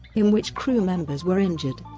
in which crew members were injured.